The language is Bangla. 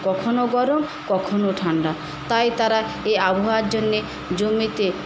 কখনো গরম কখনো ঠান্ডা তাই তারা এই আবহাওয়ার জন্যে জমিতে